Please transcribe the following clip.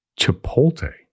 Chipotle